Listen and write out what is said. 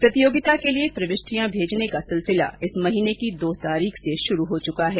प्रतियोगिता के लिए प्रविष्टियां भेजने का सिलसिला इस महीने की दो तारीख से शुरू हो चुका है